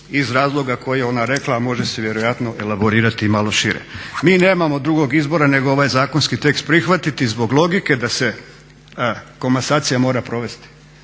iz razloga koji je ona rekla, a može se vjerojatno elaborirati i malo šire. Mi nemamo drugog izbora nego ovaj zakonski tekst prihvatiti zbog logike da se komasacija mora provesti.